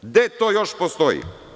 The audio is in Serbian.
Gde to još postoji?